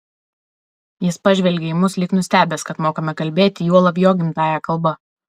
jis pažvelgė į mus lyg nustebęs kad mokame kalbėti juolab gimtąja jo kalba